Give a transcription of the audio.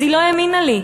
אז היא לא האמינה לי,